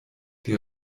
die